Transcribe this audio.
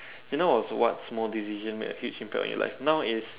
just now was what small decision made a huge impact on your life now is